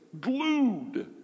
glued